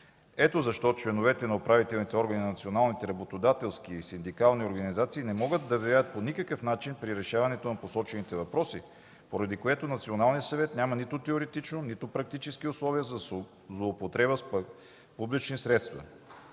Ето защо членовете на управителните органи на националните работодателски и синдикални организации не могат да влияят по никакъв начин при решаването на посочените въпроси, поради което в Националния съвет няма нито теоретични, нито практически условия за злоупотреба с публични средства,